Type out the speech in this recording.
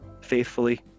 faithfully